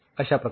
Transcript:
अश्याप्रकारे